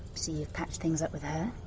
see you've patched things up with her?